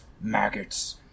maggots